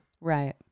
Right